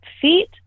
feet